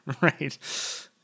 Right